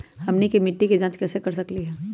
हमनी के मिट्टी के जाँच कैसे कर सकीले है?